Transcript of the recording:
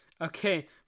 Okay